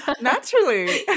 naturally